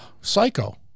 Psycho